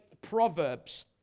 Proverbs